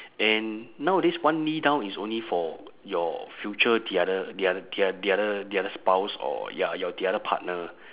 and nowadays one knee down is only for your future the other the oth~ the other the other spouse or ya your the other partner